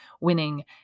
winning